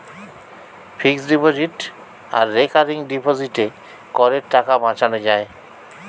fixed deposit আর recurring ডিপোজিটে করের টাকা বাঁচানো যায়